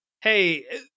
hey